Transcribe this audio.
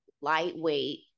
lightweight